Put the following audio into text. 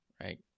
right